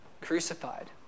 crucified